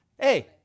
Hey